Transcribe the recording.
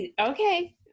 okay